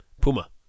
Puma